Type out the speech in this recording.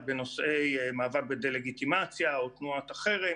בנושאי מאבק בדה-לגיטימציה או תנועת החרם